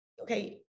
okay